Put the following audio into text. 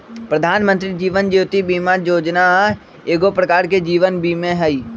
प्रधानमंत्री जीवन ज्योति बीमा जोजना एगो प्रकार के जीवन बीमें हइ